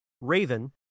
Raven